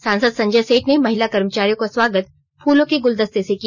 सांसद संजय सेठ ने महिला कर्मचारियों का स्वागत फूलों के गुलदस्ते से किया